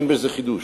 אין בזה חידוש.